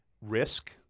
risk